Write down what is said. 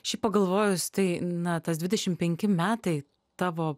šiaip pagalvojus tai na tas dvidešim penki metai tavo